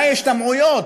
מה ההשתמעויות